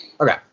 Okay